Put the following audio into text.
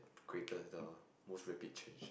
greatest the most rapid change